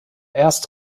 erst